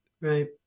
Right